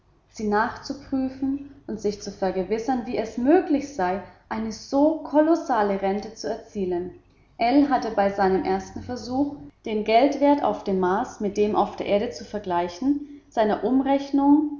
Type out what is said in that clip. sie nachzuprüfen und sich zu vergewissern wie es möglich sei eine so kolossale rente zu erzielen ell hatte bei seinem ersten versuch den geldwert auf dem mars mit dem auf der erde zu vergleichen seiner umrechnung